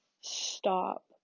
stop